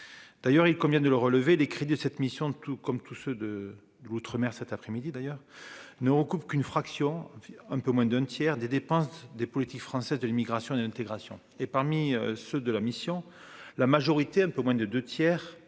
d'ailleurs, il convient de le relever les crédits de cette mission de tout comme tous ceux de l'Outre-mer cet après-midi d'ailleurs ne recouvre qu'une fraction, un peu moins d'un tiers des dépenses des politiques français de l'immigration et intégration et parmi ceux de la mission, la majorité un peu moins de 2 tiers